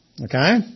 Okay